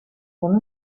con